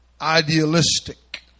idealistic